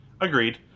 agreed